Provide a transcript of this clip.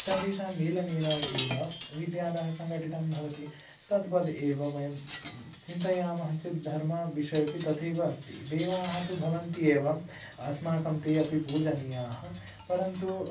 सर्वेषां मेलनेन एव विद्यालयः सङ्घटितं भवति तद्वद् एव वयं स् चिन्तयामः चेत् धर्मविषये अपि तथैव अस्ति देवाः तु भवन्ति एव अस्माकं ते अपि पूजनीयाः परन्तु